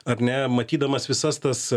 ar ne matydamas visas tas